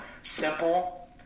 simple